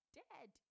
dead